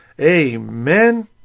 Amen